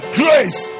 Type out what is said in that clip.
grace